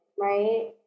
right